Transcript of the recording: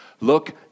Look